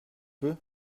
peu